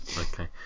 Okay